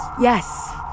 Yes